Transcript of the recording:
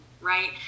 right